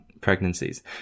pregnancies